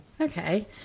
Okay